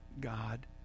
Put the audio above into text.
God